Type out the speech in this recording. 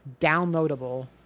downloadable